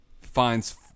finds